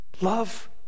Love